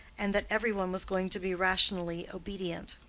and that every one was going to be rationally obedient.